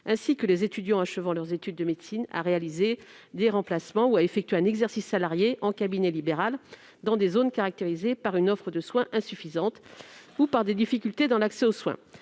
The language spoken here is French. ainsi que les étudiants achevant leurs études de médecine, à réaliser des remplacements ou à effectuer un exercice salarié en cabinet libéral dans des zones caractérisées par une offre de soins insuffisante ou par des difficultés dans l'accès aux soins.